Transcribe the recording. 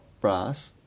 brass